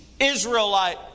Israelite